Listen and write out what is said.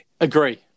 Agree